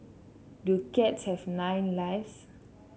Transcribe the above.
do cats have nine lives